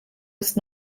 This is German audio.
ist